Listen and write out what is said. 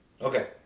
Okay